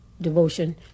devotion